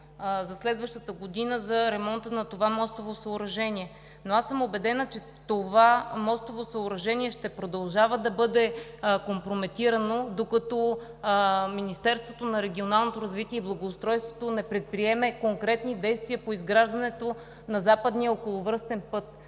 за следващата година за ремонта на това мостово съоръжение. Аз съм убедена, че това съоръжение ще продължава да бъде компрометирано, докато Министерството на регионалното развитие и благоустройството не предприеме конкретни действия по изграждането на Западния околовръстен път.